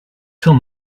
till